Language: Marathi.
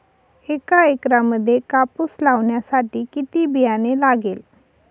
एका एकरामध्ये कापूस लावण्यासाठी किती बियाणे लागेल?